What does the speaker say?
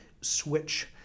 switch